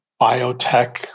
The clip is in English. biotech